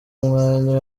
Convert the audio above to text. umwanya